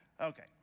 Okay